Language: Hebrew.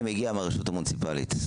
אני מגיע מהרשות המוניציפלית,